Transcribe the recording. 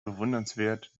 bewundernswert